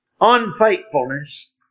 unfaithfulness